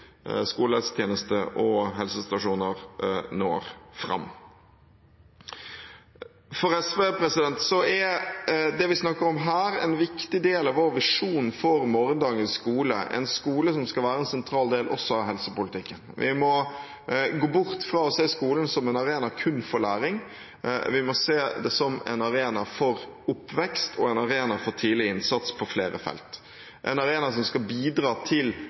skolehelsetjeneste og helsestasjoner, når fram. For SV er det vi snakker om her, en viktig del av vår visjon for morgendagens skole – en skole som også skal være en sentral del av helsepolitikken. Vi må gå bort fra å se skolen som en arena kun for læring. Vi må se den som en arena for oppvekst og som en arena for tidlig innsats på flere felter. Det skal være en arena som skal bidra til